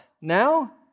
now